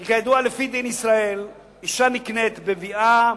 כי כידוע, לפי דין ישראל, אשה נקנית בביאה,